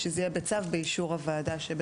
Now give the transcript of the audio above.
שזה יהיה בצו באישור הוועדה.